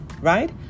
right